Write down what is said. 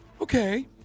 Okay